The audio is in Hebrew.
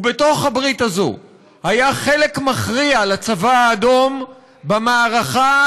בתוך הברית הזאת היה חלק מכריע לצבא האדום במערכה,